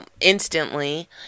instantly